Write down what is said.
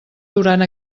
durant